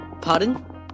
Pardon